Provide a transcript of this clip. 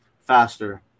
faster